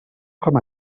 com